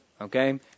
okay